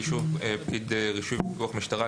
באישור פקיד רישוי ובפיקוח משטרה,